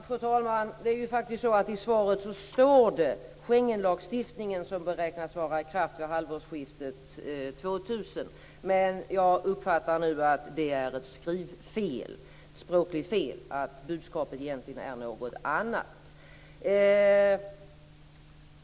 Fru talman! Det står faktiskt så här i svaret: "Schengenlagstiftningen, som beräknas vara i kraft vid halvårsskiftet 2000." Men jag uppfattar nu att det är ett skrivfel och att budskapet egentligen är något annat.